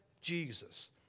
Jesus